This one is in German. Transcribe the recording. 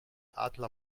adler